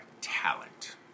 talent